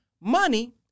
money